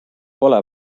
pole